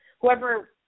whoever